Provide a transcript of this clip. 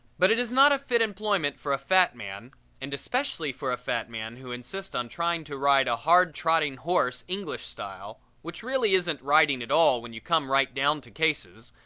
but it is not a fit employment for a fat man and especially for a fat man who insists on trying to ride a hard-trotting horse english style, which really isn't riding at all when you come right down to cases,